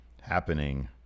happening